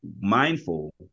mindful